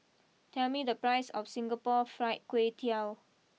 tell me the price of Singapore Fried Kway Tiao